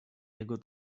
jego